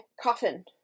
coffin